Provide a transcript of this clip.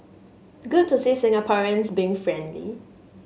good to see Singaporeans being friendly